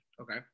Okay